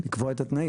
לקבוע את התנאים.